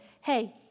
hey